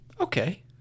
Okay